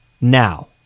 now